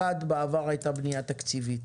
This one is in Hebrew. ראשית, בעבר הייתה בנייה תקציבית,